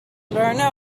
learner